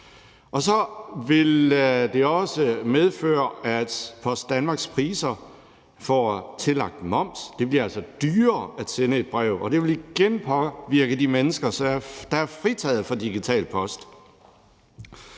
Så vil det også medføre, at Post Danmarks priser får tillagt moms. Det bliver altså dyrere at sende et brev, og det vil igen påvirke de mennesker, der er fritaget for digital post.